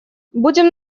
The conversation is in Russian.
будем